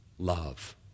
Love